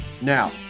Now